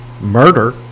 murder